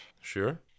sure